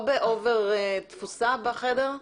במספר תפוסה בחדר?